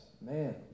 man